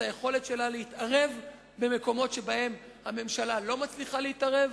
היכולת שלה להתערב במקומות שבהם הממשלה לא מצליחה להתערב.